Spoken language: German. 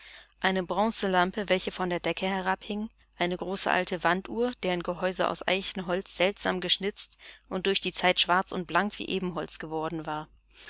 eine bronzelampe welche von der decke herabhing eine große alte wanduhr deren gehäuse aus eichenholz seltsam geschnitzt und durch die zeit schwarz und blank wie ebenholz geworden war